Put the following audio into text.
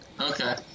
Okay